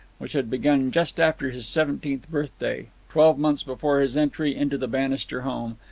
which had begun just after his seventeenth birthday, twelve months before his entry into the bannister home,